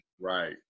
Right